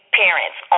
parents